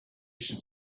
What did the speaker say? should